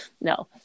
No